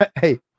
Hey